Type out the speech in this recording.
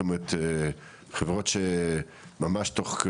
זאת אומרת חברות שממש תוך,